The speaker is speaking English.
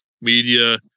media